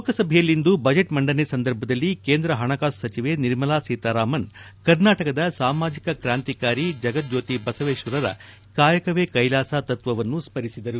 ಲೋಕಸಭೆಯಲ್ಲಿಂದು ಬಜೆಟ್ ಮಂಡನೆ ಸಂದರ್ಭದಲ್ಲಿ ಕೇಂದ್ರ ಹಣಕಾಸು ಸಚಿವೆ ನಿರ್ಮಲಾ ಸೀತಾರಾಮನ್ ಕರ್ನಾಟಕದ ಸಾಮಾಜಿಕ ಕ್ರಾಂತಿಕಾರಿ ಜಗಜ್ಯೋತಿ ಬಸವೇಶ್ವರರ ಕಾಯಕವೇ ಕೈಲಾಸ ತತ್ವವನ್ನು ಸ್ಮರಿಸಿದರು